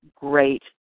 great